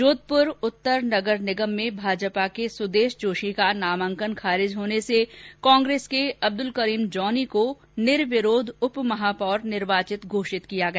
जोधपुर उत्तर नगर निगम में भाजपा के सुदेश जोशी का नामांकन खारिज होने से कांग्रेस के अब्दुल करीम जॉनी को निर्विरोध उप महापौर निर्वाचित घोषित किया गया